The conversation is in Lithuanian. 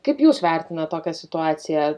kaip jūs vertinat tokią situaciją